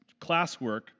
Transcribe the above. classwork